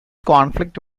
conflict